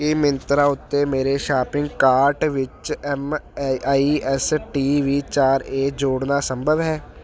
ਕੀ ਮਿੰਤਰਾ ਉੱਤੇ ਮੇਰੇ shopping cart ਵਿੱਚ M A I S T V ਚਾਰ ਏ ਜੋੜਨਾ ਸੰਭਵ ਹੈ